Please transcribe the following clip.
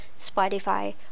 Spotify